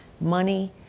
Money